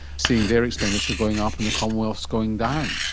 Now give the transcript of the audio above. seeing their expenditure going up and the commonwealth's going down.